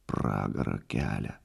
pragarą kelia